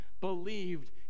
believed